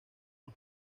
los